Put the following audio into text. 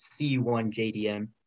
C1JDM